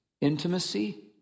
Intimacy